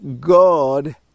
God